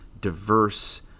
diverse